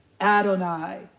Adonai